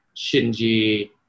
Shinji